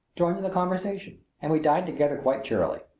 joined in the conversation, and we dined together quite cheerily.